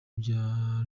bya